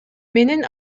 менин